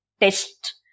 test